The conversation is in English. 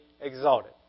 exalted